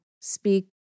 speak